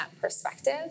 perspective